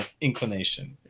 inclination